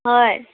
হয়